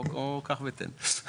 או קח ותן.